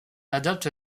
adopte